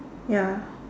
ya